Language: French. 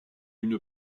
une